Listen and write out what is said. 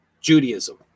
Judaism